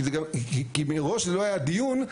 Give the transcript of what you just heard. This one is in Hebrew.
כי מראש זה לא היה דיון,